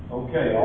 okay